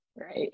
Right